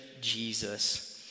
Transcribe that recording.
Jesus